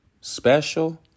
special